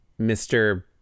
Mr